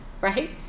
right